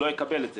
הוא לא יקבל את זה,